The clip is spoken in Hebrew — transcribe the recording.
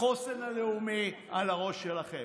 החוסן הלאומי, על הראש שלכם.